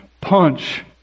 punch